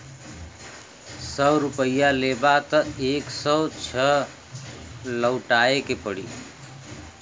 सौ रुपइया लेबा त एक सौ छह लउटाए के पड़ी